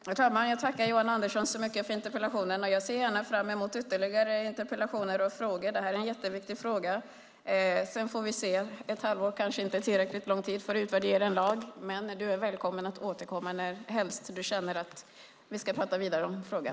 Herr talman! Jag tackar Johan Andersson så mycket för interpellationen. Jag ser gärna fram emot ytterligare interpellationer och frågor. Det här är en jätteviktig fråga. Ett halvår kanske inte är tillräckligt lång tid för att utvärdera en lag, men du är välkommen att återkomma närhelst du känner att vi ska prata vidare om frågan.